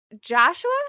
Joshua